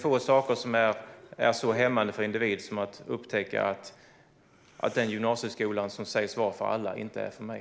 Få saker är så hämmande för en individ som att upptäcka att gymnasieskolan, som sägs vara för alla, inte är för mig.